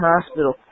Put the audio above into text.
hospital